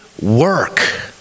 work